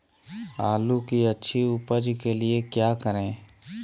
आलू की अच्छी उपज के लिए क्या करें?